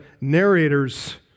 narrator's